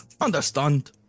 Understand